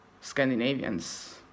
Scandinavians